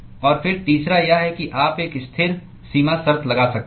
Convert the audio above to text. और फिर तीसरा यह है कि आप एक स्थिर संदर्भ समय 0552 सीमा शर्त लगा सकते हैं